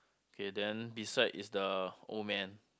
okay then beside is the old man